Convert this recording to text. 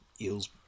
Eels